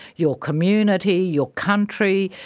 your community, your country,